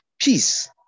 Peace